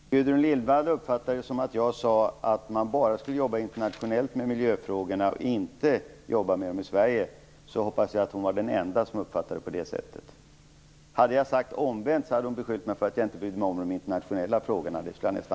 Herr talman! Gudrun Lindvall uppfattade att jag sade att man bara skall jobba internationellt med miljöfrågorna och inte arbeta med dem i Sverige. Jag hoppas att hon var den enda som uppfattade mig på det sättet. Jag kan nästan slå vad om att hon, om jag hade sagt motsatsen, skulle ha beskyllt mig för att inte bry mig om de internationella frågorna.